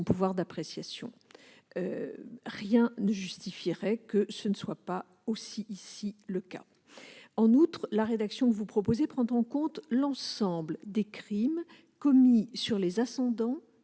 pouvoir d'appréciation. Rien ne justifierait que ce ne soit pas le cas ici aussi. De plus, la rédaction que vous proposez prend en compte l'ensemble des crimes commis sur les ascendants,